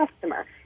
customer